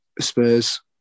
Spurs